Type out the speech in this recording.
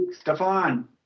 Stefan